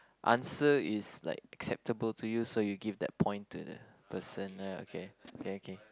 answer is like acceptable to you so you give that point to the person ah okay okay okay